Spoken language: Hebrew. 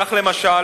כך, למשל,